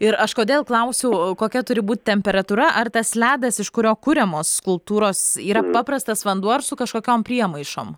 ir aš kodėl klausiau kokia turi būt temperatūra ar tas ledas iš kurio kuriamos skulptūros yra paprastas vanduo su kažkokiom priemaišom